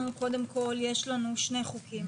יש לנו שני חוקים.